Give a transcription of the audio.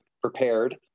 prepared